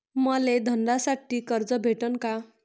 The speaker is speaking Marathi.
मले धंद्यासाठी कर्ज भेटन का?